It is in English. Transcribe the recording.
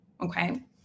okay